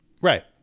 right